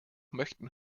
möchten